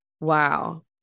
Wow